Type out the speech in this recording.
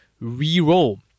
re-roll